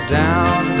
down